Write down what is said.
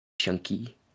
chunky